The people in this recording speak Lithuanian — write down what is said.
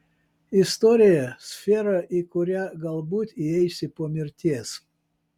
istorija sfera į kurią galbūt įeisi po mirties